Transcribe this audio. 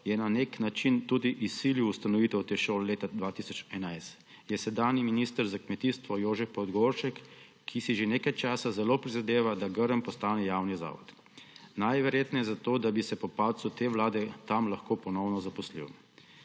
je na nek način tudi izsilil ustanovitev te šole leta 2011, je sedanji minister za kmetijstvo Jože Podgoršek, ki si že nekaj časa zelo prizadeva, da Grm postane javni zavod. Najverjetneje zato, da bi se po padcu te vlade tam lahko ponovno zaposlil.